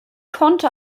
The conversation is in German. konnte